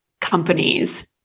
companies